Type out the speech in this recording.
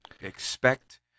expect